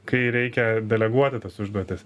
kai reikia deleguoti tas užduotis